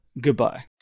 goodbye